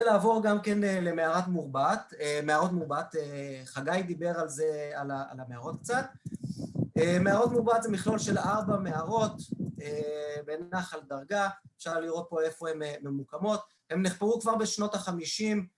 ‫אפשר לעבור גם כן למערת מורבעת, ‫מערות מורבעת. ‫חגי דיבר על זה, על המערות קצת. ‫מערות מורבעת זה מכלול ‫של ארבע מערות בנחל דרגה. ‫אפשר לראות פה איפה הן ממוקמות. ‫הן נחפרו כבר בשנות ה-50.